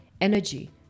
energy